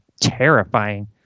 terrifying